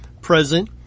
present